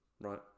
right